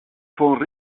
von